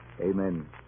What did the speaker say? Amen